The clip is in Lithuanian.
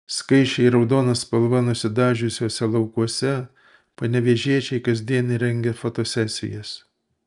skaisčiai raudona spalva nusidažiusiuose laukuose panevėžiečiai kasdien rengia fotosesijas